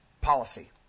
policy